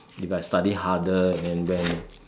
if I studied harder and then went